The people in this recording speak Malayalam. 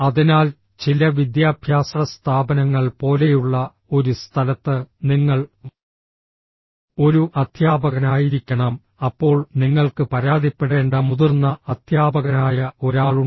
അതിനാൽ ചില വിദ്യാഭ്യാസ സ്ഥാപനങ്ങൾ പോലെയുള്ള ഒരു സ്ഥലത്ത് നിങ്ങൾ ഒരു അദ്ധ്യാപകനായിരിക്കണം അപ്പോൾ നിങ്ങൾക്ക് പരാതിപ്പെടേണ്ട മുതിർന്ന അദ്ധ്യാപകനായ ഒരാളുണ്ട്